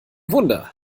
wunder